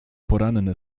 poranne